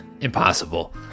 Impossible